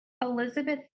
Elizabeth